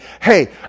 hey